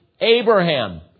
Abraham